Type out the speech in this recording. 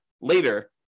later